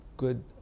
good